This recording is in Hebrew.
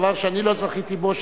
דבר שאני לא זכיתי בו,